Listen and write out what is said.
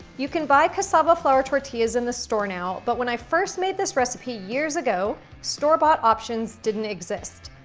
you can buy cassava flour tortillas in the store now, but when i first made this recipe years ago, store-bought options didn't exist.